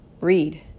read